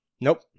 Nope